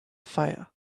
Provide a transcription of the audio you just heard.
fire